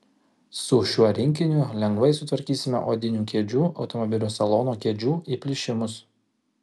su šiuo rinkiniu lengvai sutvarkysime odinių kėdžių automobilio salono kėdžių įplyšimus